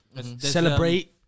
Celebrate